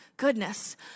goodness